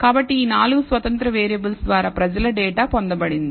కాబట్టి ఈ నాలుగు స్వతంత్ర వేరియబుల్స్ద్వారా ప్రజలు డేటా పొందబడింది